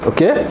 Okay